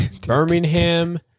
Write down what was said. Birmingham